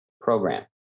program